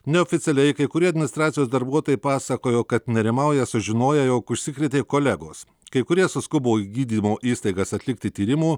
neoficialiai kai kurie administracijos darbuotojai pasakojo kad nerimauja sužinoję jog užsikrėtė kolegos kai kurie suskubo į gydymo įstaigas atlikti tyrimų